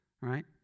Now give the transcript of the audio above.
right